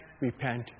repent